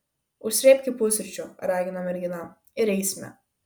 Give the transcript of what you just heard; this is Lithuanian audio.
užsrėbki pusryčių ragino mergina ir eisime